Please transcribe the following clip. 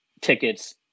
tickets